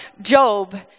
Job